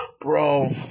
Bro